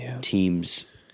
teams